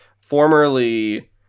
formerly